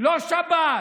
לא שבת,